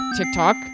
TikTok